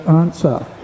answer